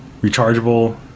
rechargeable